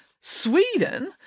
Sweden